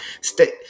stay